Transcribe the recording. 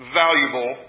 valuable